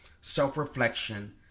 self-reflection